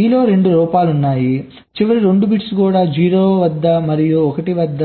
e లో రెండు లోపాలు ఉన్నాయి చివరి 2 బిట్స్ 0 వద్ద మరియు 1 వద్ద